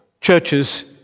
churches